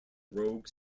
rogue